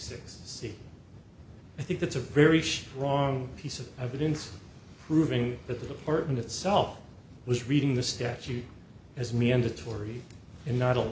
says i think that's a very strong piece of evidence proving that the department itself was reading the statute as mandatory and not